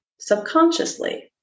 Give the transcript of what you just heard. subconsciously